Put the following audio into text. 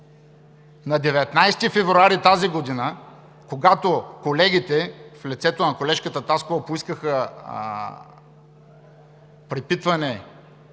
на 19 февруари 2020 г., когато колегите, в лицето на колежката Таскова, поискаха препитване